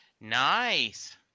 Nice